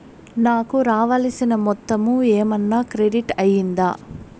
నాకు రావాల్సిన మొత్తము ఏమన్నా క్రెడిట్ అయ్యిందా